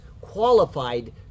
qualified